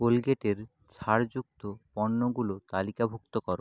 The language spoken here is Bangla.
কোলগেটের ছাড় যুক্ত পণ্যগুলো তালিকাভুক্ত কর